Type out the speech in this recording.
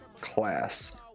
class